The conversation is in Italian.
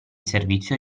servizio